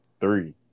Three